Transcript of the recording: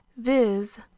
viz